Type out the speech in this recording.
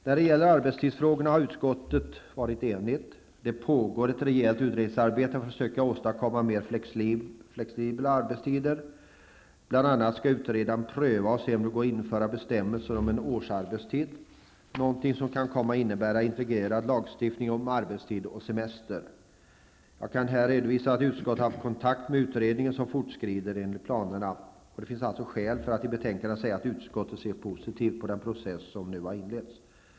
När det gäller arbetstidsfrågorna har utskottet varit enigt. Det pågår ett rejält utredningsarbete för att försöka åstadkomma mer flexibla arbetstider. Bl.a. skall utredaren pröva och se om det går att införa bestämmelser om en årsarbetstid -- något som kan komma att innebära en integrerad lagstiftning om arbetstid och semester. Jag kan här redovisa att utskottet har haft kontakt med utredningen som fortskrider enligt planerna. Det finns alltså skäl för att i betänkandet säga att utskottet ser positivt på den process som nu har inletts.